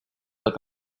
look